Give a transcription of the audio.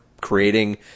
creating